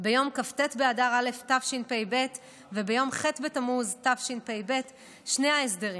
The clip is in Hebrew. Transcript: ביום כ"ט באדר א' התשפ"ב וביום ח' בתמוז התשפ"ב שני ההסדרים.